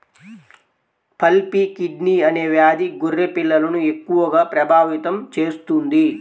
pulpy kidney అనే వ్యాధి గొర్రె పిల్లలను ఎక్కువగా ప్రభావితం చేస్తుంది